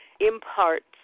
imparts